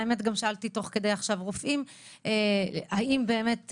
האמת היא שגם שאלתי רופאים תוך כדי הישיבה האם זה